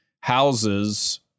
houses